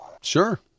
Sure